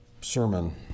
sermon